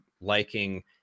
liking